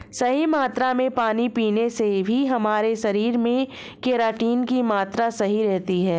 सही मात्रा में पानी पीने से भी हमारे शरीर में केराटिन की मात्रा सही रहती है